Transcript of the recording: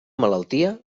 malaltia